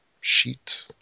sheet